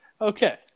Okay